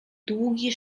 długi